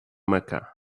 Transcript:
mecca